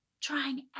trying